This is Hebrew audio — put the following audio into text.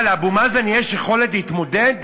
מה, לאבו מאזן יש יכולת להתמודד?